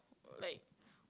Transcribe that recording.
like